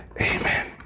Amen